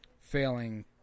failing